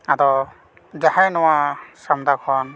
ᱟᱫᱚ ᱡᱟᱦᱟᱸᱭ ᱱᱚᱣᱟ ᱥᱟᱢᱫᱟ ᱠᱷᱚᱱ